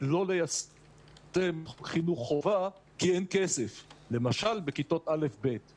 לא ליישם חינוך חובה כי אין כסף למשל בכיתות א' כי